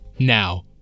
Now